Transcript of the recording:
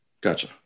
Gotcha